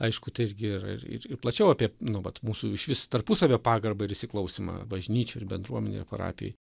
aišku tai irgi yra ir ir plačiau apie nu vat mūsų išvis tarpusavio pagarbą ir įsiklausymą bažnyčioj ir bendruomenėj ir parapijoj